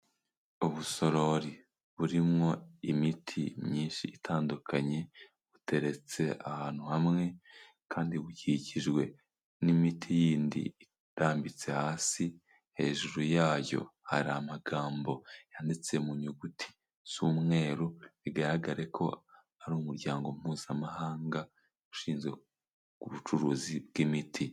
Ubusorori burimwo imiti myinshi itandukanye, buteretse ahantu hamwe kandi bukikijwe n'imiti yindi irambitse hasi, hejuru yayo hari amagambo yanditse mu nyuguti z'umweru, bigaragare ko ari umuryango mpuzamahanga ushinzwe ubucuruzi bw'imiti.